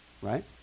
Right